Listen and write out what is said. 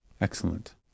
excellent